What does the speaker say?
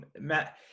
Matt